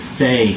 say